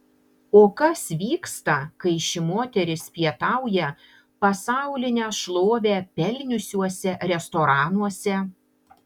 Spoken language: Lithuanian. o kas vyksta kai ši moteris pietauja pasaulinę šlovę pelniusiuose restoranuose